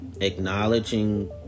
acknowledging